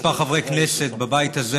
כמה חברי כנסת בבית הזה,